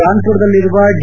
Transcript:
ಕಾನ್ದುರದಲ್ಲಿರುವ D